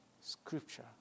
Scripture